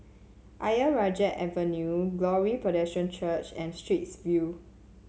Ayer Rajah Avenue Glory Presbyterian Church and Straits View